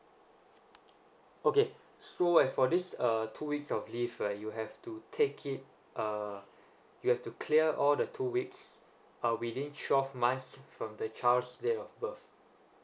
okay so as for this uh two weeks of leave right you have to take it uh you have to clear all the two weeks uh within twelve months from the child's date of birth